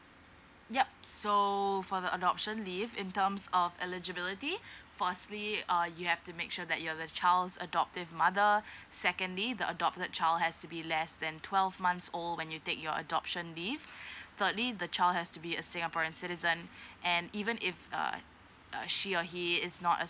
yup so for the adoption leave in terms of eligibility firstly uh you have to make sure that you are the child's adoptive mother secondly the adopted child has to be less than twelve months old when you take your adoption leave thirdly the child has to be a singaporean citizen and even if uh uh she or he is not a